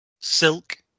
silk